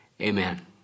amen